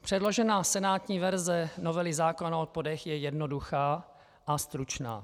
Předložená senátní verze novely zákona o odpadech je jednoduchá a stručná.